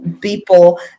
people